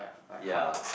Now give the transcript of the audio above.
yea